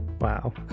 Wow